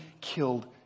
killed